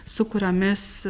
su kuriomis